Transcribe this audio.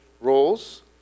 roles